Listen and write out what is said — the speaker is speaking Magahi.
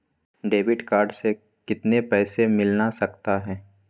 डेबिट कार्ड से कितने पैसे मिलना सकता हैं?